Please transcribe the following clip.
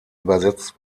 übersetzt